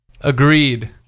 Agreed